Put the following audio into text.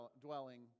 dwelling